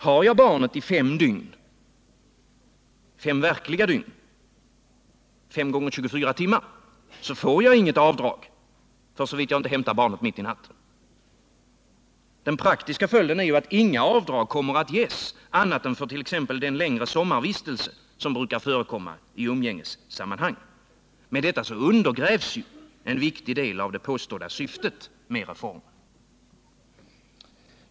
Har jag barnet i fem verkliga dygn, dvs. 5 x 24 timmar, får jag inte göra något avdrag såvida jag inte hämtar barnet mitt i natten. Den praktiska följden är att inga avdrag kommer att medges annat än fört.ex. den längre sommarvistelse som brukar förekomma i umgängessammanhang. Därmed undergrävs en viktig del av det påstådda syftet med reformen.